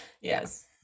yes